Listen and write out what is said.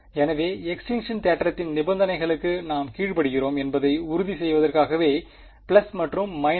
எனவே எக்ஸ்டிங்க்ஷன் தேற்றத்தின் நிபந்தனைகளுக்கு நாம் கீழ்ப்படிகிறோம் என்பதை உறுதி செய்வதற்காகவே பிளஸ் மற்றும் மைனஸ்